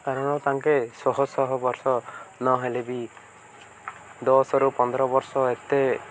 କାରଣ ତାଙ୍କେ ଶହ ଶହ ବର୍ଷ ନହେଲେ ବି ଦଶରୁ ପନ୍ଦର ବର୍ଷ ଏତେ